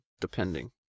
depending